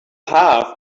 half